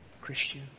Christian